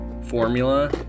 formula